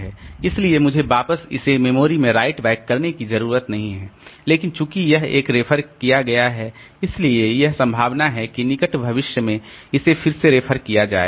इसलिए मुझे वापस इसे मेमोरी में राइट बैक करने की ज़रूरत नहीं है लेकिन चूंकि यह एक रेफर किया गया है है इसलिए यह संभावना है कि निकट भविष्य में इसे फिर से रेफर किया जाएगा